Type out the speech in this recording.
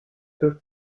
peut